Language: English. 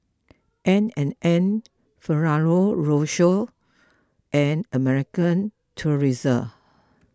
N and N Ferrero Rocher and American Tourister